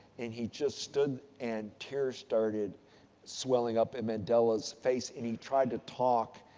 and, he just stood and tears started swelling up in mandela's face. and, he tried to talk.